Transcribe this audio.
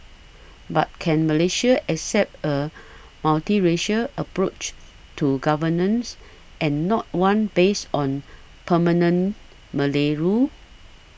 but can Malaysia accept a multiracial approach to governance and not one based on permanent Malay rule